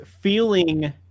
feeling